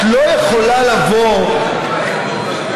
את לא יכולה לבוא לאומנים,